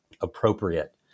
appropriate